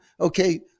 okay